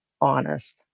honest